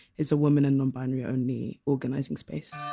it's a woman and non-binary only organising space